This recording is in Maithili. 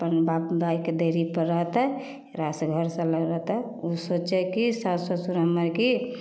अपन बाप भाइके देहरिपर रहतै एकरासँ घर रहतै ओ सोचै कि साउस ससुर हम्मर कि